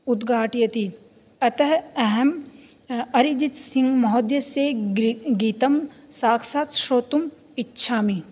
उद्घाटयति अतः अहम् अरिजित् सिङ्घ् महोदयस्य गीतं साक्षात् श्रोतुमिच्छामि